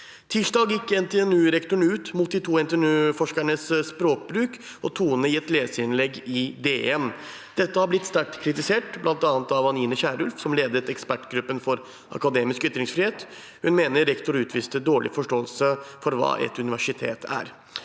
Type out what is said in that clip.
Tirsdag gikk NTNU-rektoren ut mot de to NTNUforskernes språkbruk og tone i et leserinnlegg i DN. Dette har blitt sterkt kritisert, bl.a. av Anine Kierulf, som ledet ekspertgruppen for akademisk ytringsfrihet. Hun mener rektor utviste dårlig forståelse for hva et universitet er.